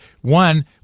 one